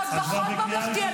עוד פחות ממלכתי,